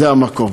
זה המקום.